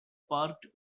parked